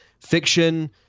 fiction